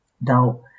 now